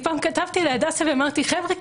פעם כתבתי להדסה ואמרתי: חבר'ה,